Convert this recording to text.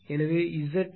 எனவே Z